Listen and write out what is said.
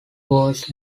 was